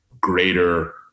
greater